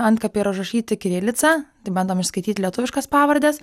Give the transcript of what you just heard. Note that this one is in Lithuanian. antkapiai yra užrašyti kirilica tai bandom išskaityt lietuviškas pavardes